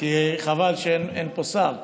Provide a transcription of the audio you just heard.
כי חבל שאין אין פה שר.